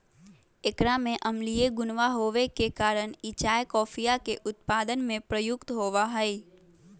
एकरा में अम्लीय गुणवा होवे के कारण ई चाय कॉफीया के उत्पादन में प्रयुक्त होवा हई